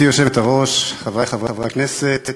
גברתי היושבת-ראש, חברי חברי הכנסת,